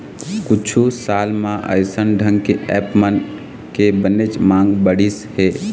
कुछ साल म अइसन ढंग के ऐप मन के बनेच मांग बढ़िस हे